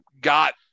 got